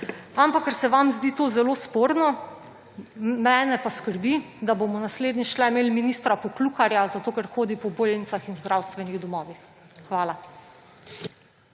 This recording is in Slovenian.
Ampak ker se vam zdi to zelo sporno, mene pa skrbi, da bomo naslednjič tukaj imeli ministra Poklukarja, zato ker hodi po bolnicah in zdravstvenih domovih. Hvala.